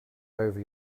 over